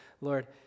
Lord